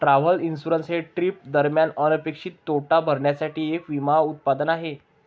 travel insurance हे trip दरम्यान अनपेक्षित तोटा भरण्यासाठी एक विमा उत्पादन आहे